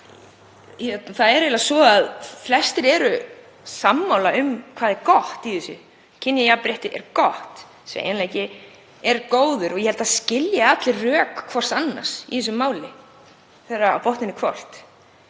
hafa um þetta mál. Flestir eru sammála um hvað er gott í því. Kynjajafnrétti er gott, sveigjanleiki er góður og ég held það skilji allir rök hvers annars í þessu máli þegar á botninn er